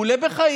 הוא עולה בחיים.